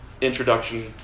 introduction